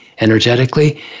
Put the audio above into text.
energetically